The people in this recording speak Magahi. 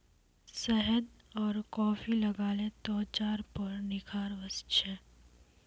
शहद आर कॉफी लगाले त्वचार पर निखार वस छे